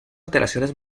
alteraciones